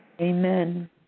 Amen